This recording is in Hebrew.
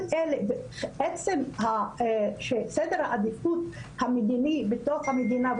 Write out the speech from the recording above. עצם שסדר העדיפות המדינה בתוך המדינה,